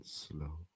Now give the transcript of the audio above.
slow